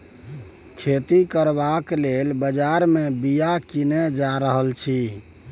खेती करबाक लेल बजार मे बीया कीने जा रहल छी